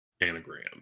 anagram